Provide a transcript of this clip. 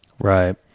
Right